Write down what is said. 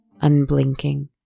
unblinking